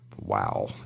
Wow